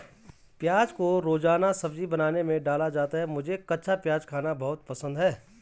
प्याज को रोजाना सब्जी बनाने में डाला जाता है मुझे कच्चा प्याज खाना बहुत पसंद है